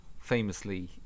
famously